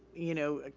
you know, ah